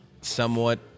somewhat